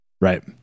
Right